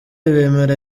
bemera